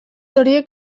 horiek